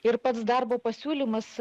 ir pats darbo pasiūlymas